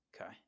Okay